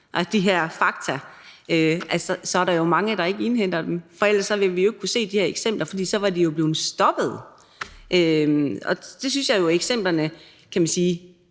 de her fakta, så er der jo mange, der ikke indhenter dem. Ellers ville vi jo ikke kunne se de her eksempler, for så var det blevet stoppet. Jeg synes, at eksemplerne er lidt